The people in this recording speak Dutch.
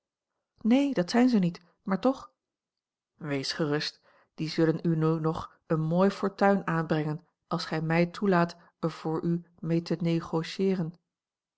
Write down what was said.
neen dat zijn ze niet maar toch wees gerust die zullen u nu nog een mooi fortuin aanbrengen als gij mij toelaat er voor u mee te